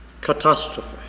catastrophe